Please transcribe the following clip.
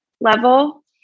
level